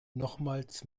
nochmals